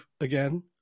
again